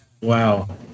wow